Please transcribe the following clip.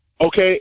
okay